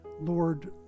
lord